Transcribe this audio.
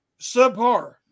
subpar